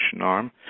arm